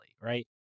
right